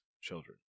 children